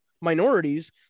minorities